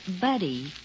buddy